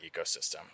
ecosystem